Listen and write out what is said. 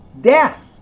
death